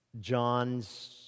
John's